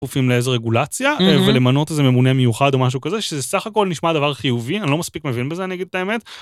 כפופים לאיזה רגולציה ולמנות איזה ממונה מיוחד או משהו כזה שזה סך הכל נשמע דבר חיובי אני לא מספיק מבין בזה אני אגיד את האמת.